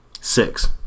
Six